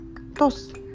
dos